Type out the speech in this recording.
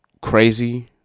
crazy